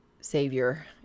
savior